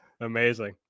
amazing